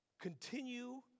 continue